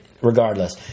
regardless